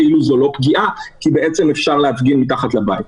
כאילו זאת לא פגיעה כי בעצם אפשר להפגין מתחת לבית.